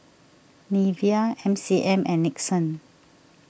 Nivea M C M and Nixon